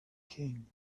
king